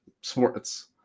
sports